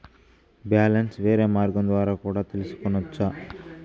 Balance వేరే మార్గం ద్వారా కూడా తెలుసుకొనొచ్చా?